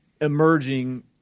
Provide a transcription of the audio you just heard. emerging